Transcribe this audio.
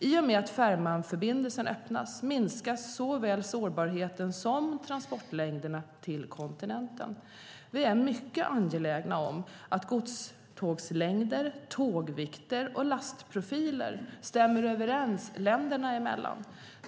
I och med att Fehmarnförbindelsen öppnas minskas såväl sårbarheten som transportlängderna till kontinenten. Vi är mycket angelägna om att godstågslängder, tågvikter och lastprofiler stämmer överens länderna emellan.